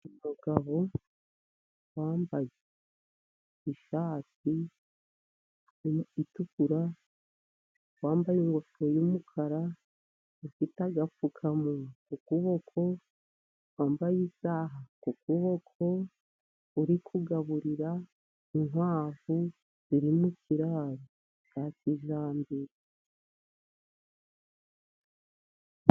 Umugabo wambaye ishati itukura, wambaye ingofero y'umukara, ufite agapfukamuwa ku kuboko, wambaye isaha ku kuboko, uri kugaburira inkwavu ziri mu kiraro cya kijyambere.